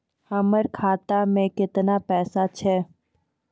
हमर खाता मैं केतना पैसा छह?